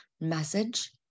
message